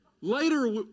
Later